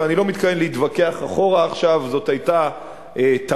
ואני לא מתכוון להתווכח אחורה עכשיו אם זאת היתה טעות,